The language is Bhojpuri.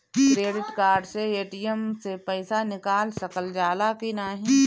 क्रेडिट कार्ड से ए.टी.एम से पइसा निकाल सकल जाला की नाहीं?